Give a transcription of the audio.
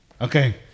okay